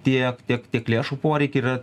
tiek tiek tiek lėšų poreikį yra